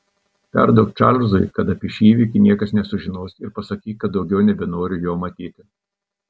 perduok čarlzui kad apie šį įvykį niekas nesužinos ir pasakyk kad daugiau nebenoriu jo matyti